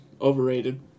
overrated